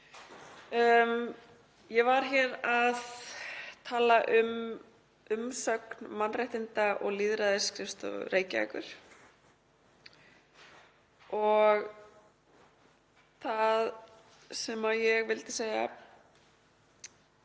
Ég var hér að tala um umsögn Mannréttinda- og lýðræðisskrifstofu Reykjavíkurborgar. Það sem ég vildi tala